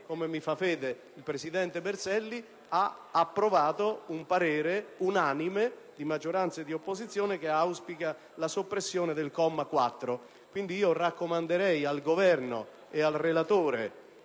- mi fa fede il presidente Berselli - ha approvato un parere unanime, di maggioranza e di opposizione, che auspica la soppressione del comma 4. Raccomando quindi al Governo e al relatore